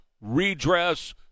redress